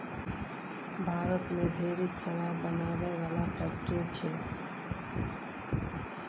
भारत मे ढेरिक शराब बनाबै बला फैक्ट्री छै